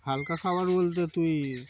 হালকা খাবার বলতে তুই